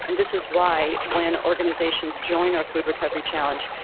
and this is why when organizations join our food recovery challenge,